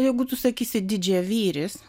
jeigu tu sakysi didžiavyris